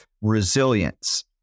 resilience